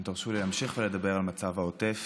אתם תרשו להמשיך לדבר על מצב העוטף.